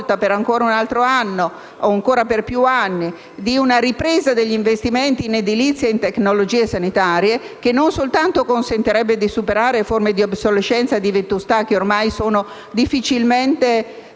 la mancanza, per ancora un altro anno o per più anni, di una ripresa degli investimenti in edilizia e in tecnologie sanitarie, che non soltanto consentirebbe di superare forme di obsolescenza e di vetustà ormai difficilmente